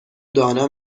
دانا